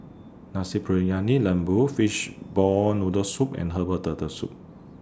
Nasi Briyani Lembu Fishball Noodle Soup and Herbal Turtle Soup